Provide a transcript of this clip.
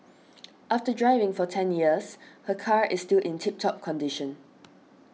after driving for ten years her car is still in tip top condition